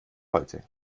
heute